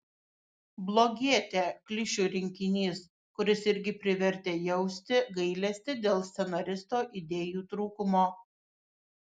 blogietė klišių rinkinys kuris irgi privertė jausti gailesti dėl scenaristo idėjų trūkumo